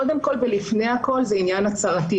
לפני הכול מדובר בעניין הצהרתי,